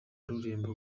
rurembo